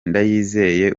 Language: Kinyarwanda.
ndayizeye